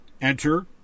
Enter